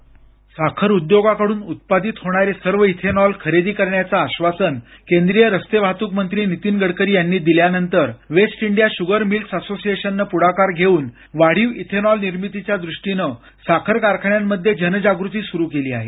script साखर उद्योगाकडून उत्पादित होणारे सर्व इथेनॉल खरेदी करण्याचं आश्वासन केंद्रीय रस्ते वाहतूक मंत्री नितीन गडकरी यांनी दिल्यानंतर West India Sugar Mills Association ने प्ढाकार घेऊन वाढीव इथेनॉल निर्मितीच्या दृष्टीनं साखर कारखान्यांमध्ये जनजागृती सुरु केली आहे